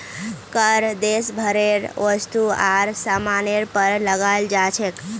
कर देश भरेर वस्तु आर सामानेर पर लगाल जा छेक